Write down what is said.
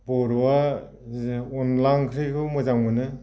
बर'आ अनला ओंख्रिखौ मोजां मोनो